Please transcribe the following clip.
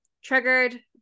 Triggered